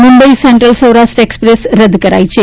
Mumbai central Saurashtra express રદ કરાઈ છે